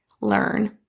learn